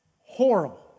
Horrible